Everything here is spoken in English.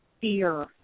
fear